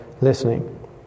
listening